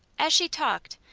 as she talked,